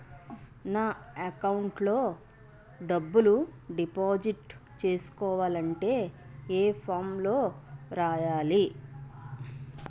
నా అకౌంట్ లో డబ్బులు డిపాజిట్ చేసుకోవాలంటే ఏ ఫామ్ లో రాయాలి?